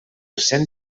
cent